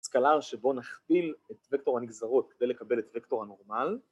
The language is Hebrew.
סקלר שבו נכפיל את וקטור הנגזרות כדי לקבל את וקטור הנורמל